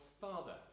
father